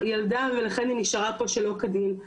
ולא התחשבנו לה בכל תקופת חופשת הלידה,